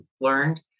learned